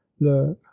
le